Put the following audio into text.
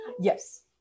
yes